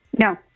No